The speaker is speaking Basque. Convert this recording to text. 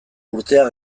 urtea